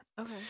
Okay